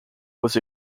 was